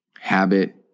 habit